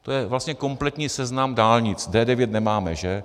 To je vlastně kompletní seznam dálnic, D 9 nemáme, že?